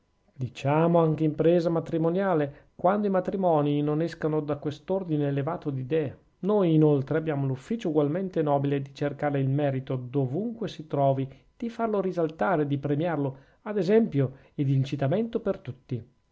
diciamo anche impresa matrimoniale quando i matrimonii non escano da quest'ordine elevato d'idee noi inoltre abbiamo l'ufficio ugualmente nobile di cercare il merito dovunque si trovi di farlo risaltare e di premiarlo ad esempio ed incitamento per tutti